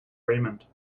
raymond